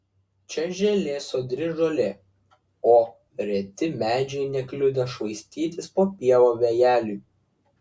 čia žėlė sodri žolė o reti medžiai nekliudė švaistytis po pievą vėjeliui